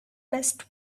best